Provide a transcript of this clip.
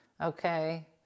okay